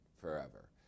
forever